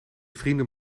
vrienden